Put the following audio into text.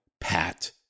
Pat